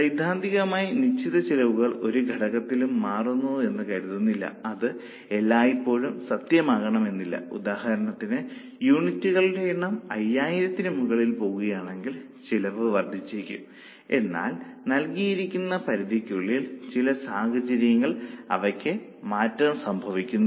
സൈദ്ധാന്തികമായി നിശ്ചിത ചെലവുകൾ ഒരു ഘട്ടത്തിലും മാറുമെന്ന് കരുതുന്നില്ല അത് എല്ലായ്പ്പോഴും സത്യമാകണമെന്നില്ല ഉദാഹരണത്തിന് യൂണിറ്റുകളുടെ Unit's എണ്ണം 5000 ത്തിന് മുകളിൽ പോകുകയാണെങ്കിൽ ചെലവ് വർധിച്ചേക്കും എന്നാൽ നൽകിയിരിക്കുന്ന പരിധിക്കുള്ളിൽ ചില സാഹചര്യങ്ങളിൽ അവയ്ക്ക് മാറ്റം സംഭവിക്കുന്നില്ല